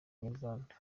inyarwanda